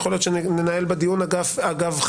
יכול להיות שננהל בה דיון אגב חקיקה,